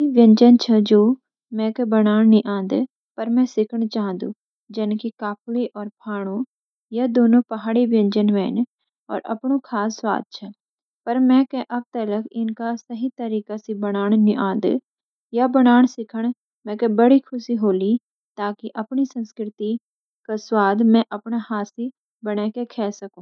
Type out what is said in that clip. हा, कई व्यंजन छ जौं मकै बनाण नि आन्द, पर म सिखण चाहूँद। जैन कि काफुली और फाणु। या दोनों पहाड़ी व्यंजन ह्वेन और अपणू खास स्वाद छ, पर मकै अब तलक इनका सही तरीका स बनाण नि आन्द। या बनाणा सिखण मकै बडी खुशी होली, ताकि अपणी संस्कृति क स्वाद म अपणे हाथ स बने की खे सकूं।